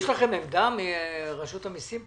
רשות המסים,